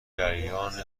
جریان